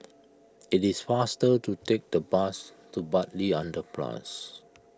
it is faster to take the bus to Bartley Underpass